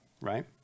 Right